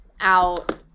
out